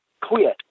quit